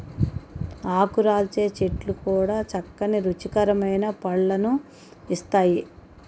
ఆకురాల్చే చెట్లు కూడా చక్కని రుచికరమైన పళ్ళను ఇస్తాయి